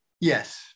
Yes